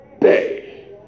day